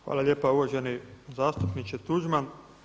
Hvala lijepa uvaženi zastupniče Tuđman.